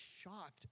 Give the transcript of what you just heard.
shocked